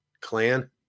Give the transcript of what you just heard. clan